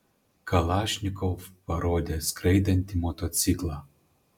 kalašnikov parodė skraidantį motociklą